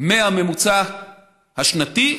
מהממוצע השנתי,